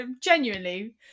genuinely